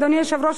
אדוני היושב-ראש,